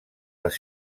les